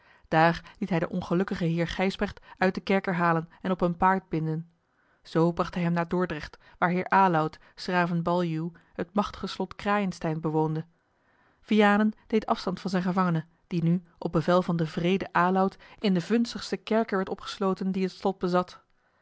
daar liet hij den ongelukkigen heer gijsbrecht uit den kerker halen en op een paard binden zoo bracht hij hem naar dordrecht waar heer aloud s graven baljuw het machtige slot crayenstein bewoonde vianen deed afstand van zijn gevangene die nu op bevel van den wreeden aloud in den vunzigsten kerker werd opgesloten dien het slot bezat